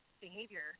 behavior